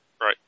Right